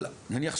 נניח,